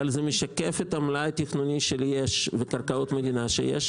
אבל זה משקף את המלאי התכנוני שיש וקרקעות מדינה שיש.